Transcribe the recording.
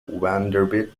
vanderbilt